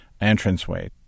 entranceway